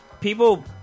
people